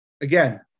Again